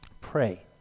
pray